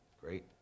Great